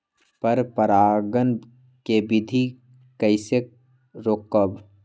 पर परागण केबिधी कईसे रोकब?